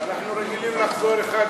אנחנו רגילים לחזור באחת,